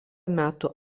metų